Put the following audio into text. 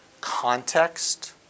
context